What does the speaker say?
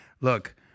look